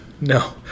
no